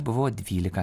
buvo dvylika